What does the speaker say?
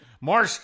More